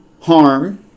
harm